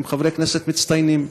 הם חברי כנסת מצטיינים,